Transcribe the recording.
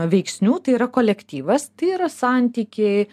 veiksnių tai yra kolektyvas tai yra santykiai